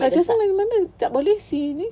but just now I remember tak boleh sini